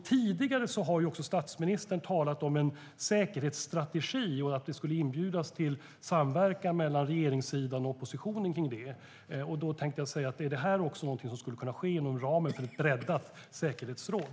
Tidigare har statsministern också talat om en säkerhetsstrategi och att det skulle inbjudas till samverkan mellan regeringssidan och oppositionen kring detta. Är det något som skulle kunna ske inom ramen för ett breddat säkerhetsråd?